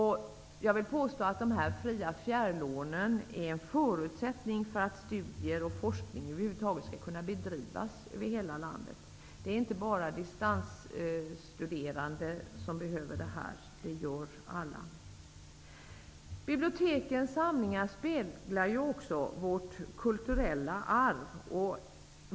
Jag vill påstå att dessa fria fjärrlån är en förutsättning för att studier och forskning över huvud taget skall kunna bedrivas över hela landet. Det är inte bara distansstuderande som behöver detta, utan det behöver alla. Bibliotekens samlingar speglar också vårt kulturella arv.